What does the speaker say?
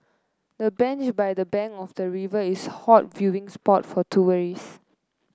the bench by the bank of the river is a hot viewing spot for tourists